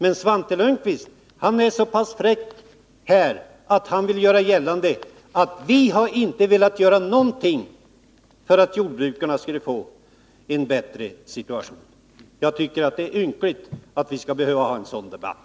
Men Svante Lundkvist är så fräck att han här vill göra gällande att vi inte har velat göra något för att jordbrukarna skall få en bättre situation. Det är ynkligt att vi skall behöva ha en sådan debatt.